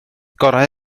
gorau